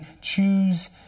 choose